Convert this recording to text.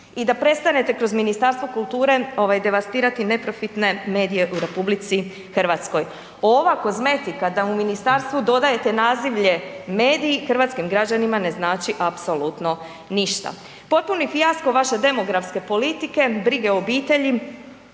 i da prestanete kroz Ministarstvo kulture ovaj devastirati neprofitne medije u RH. Ova kozmetika da u ministarstvu dodajete nazivlje medij, hrvatskim građanima ne znači apsolutno ništa. Potpuni fijasko vaše demografske politike, brige o obitelji